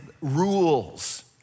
rules